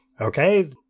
Okay